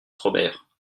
robert